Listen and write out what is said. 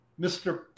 Mr